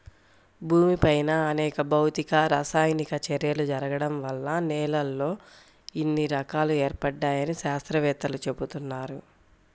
భూమిపైన అనేక భౌతిక, రసాయనిక చర్యలు జరగడం వల్ల నేలల్లో ఇన్ని రకాలు ఏర్పడ్డాయని శాత్రవేత్తలు చెబుతున్నారు